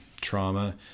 trauma